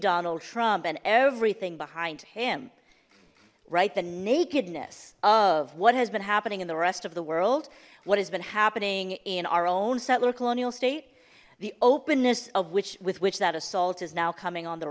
donald trump and everything behind him right the nakedness of what has been happening in the rest of the world what has been happening in our own settler colonial state the openness of which with which that assault is now coming on the